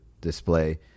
display